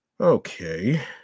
Okay